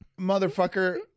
Motherfucker